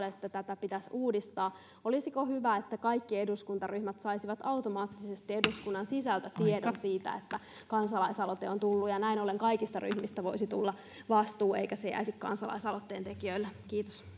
että tätä pitäisi uudistaa olisiko hyvä että kaikki eduskuntaryhmät saisivat automaattisesti eduskunnan sisältä tiedon siitä että kansalaisaloite on tullut ja näin ollen kaikille ryhmille voisi tulla vastuu eikä se jäisi kansalaisaloitteen tekijöille kiitos